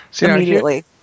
immediately